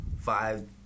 Five